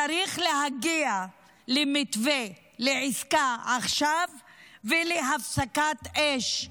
צריך להגיע למתווה, לעסקה עכשיו ולהפסקת אש,